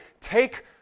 take